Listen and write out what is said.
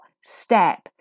step